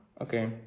Okay